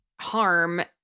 harm